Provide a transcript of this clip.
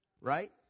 Right